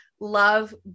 love